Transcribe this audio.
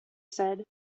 said